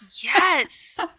Yes